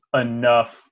enough